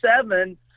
seven